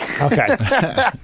Okay